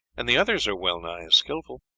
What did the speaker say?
and the others are well-nigh as skilful.